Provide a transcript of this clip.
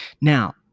Now